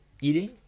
eating